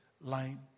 line